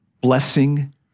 blessing